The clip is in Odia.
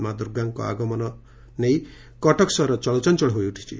ମା' ଦୁର୍ଗାଙ୍କ ଆଗମନ ନେଇ କଟକ ସହର ଚଳଚଞଳ ହୋଇଉଠିଛି